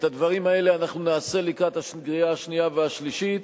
את הדברים האלה אנחנו נעשה לקראת הקריאה השנייה והשלישית,